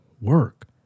work